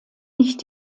nicht